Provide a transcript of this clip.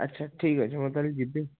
ଆଚ୍ଛା ଠିକ୍ ଅଛି ମୁଁ ତା' ହେଲେ ଯିବି